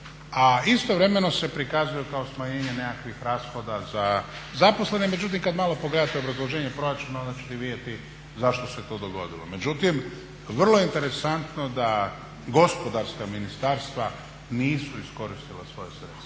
a istovremeno se prikazuje kao smanjenje nekakvih rashoda za zaposlene. Međutim, kada malo pogledate obrazloženje proračuna onda ćete vidjeti zašto se to dogodilo. Međutim, vrlo je interesantno da gospodarska ministarstva nisu iskoristila svoja sredstva.